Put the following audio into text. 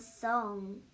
song